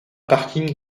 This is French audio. parking